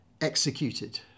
executed